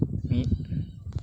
ᱢᱤᱫ